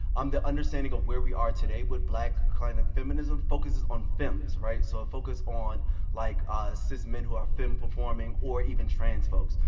um the understanding of where we are today with black kind of feminism focuses on fems, right? so a focus on like ah cis men who are fem performing or even trans folks.